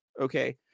Okay